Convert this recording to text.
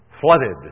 flooded